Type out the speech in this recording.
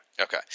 Okay